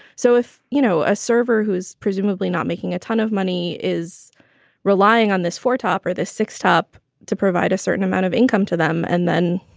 so if you know a server who is presumably not making a ton of money is relying on this for top or the six top to provide a certain amount of income to them. and then,